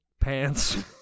pants